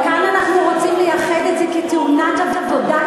אבל כאן אנחנו רוצים לייחד את זה כתאונת עבודה,